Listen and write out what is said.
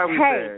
hey